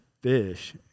fish